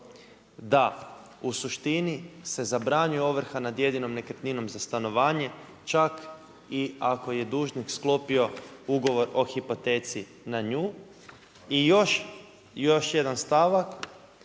da u suštini se zabranjuje ovrha nad jedinom nekretninom za stanovanje čak i ako je dužnik sklopio ugovor o hipoteci na nju i još jedan stavak.